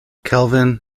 kelvin